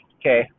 Okay